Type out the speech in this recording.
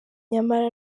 nyamara